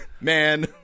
Man